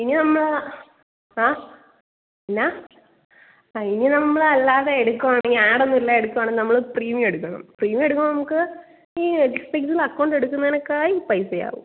ഇനി നമ്മൾ ആ എന്നാൽ ആ ഇനി നമ്മൾ അല്ലാതെ എടുക്കുകയാണെങ്കിൽ ആഡൊന്നും ഇല്ലാതെ എടുക്കുകയാണെങ്കിൽ നമ്മൾ പ്രീമിയം എടുക്കണം പ്രീമിയം എടുക്കുമ്പോൾ നമുക്ക് ഈ ഇതിൽ അക്കൌണ്ട് എടുക്കുന്നതിനേക്കാളും പൈസ ആകും